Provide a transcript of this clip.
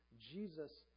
Jesus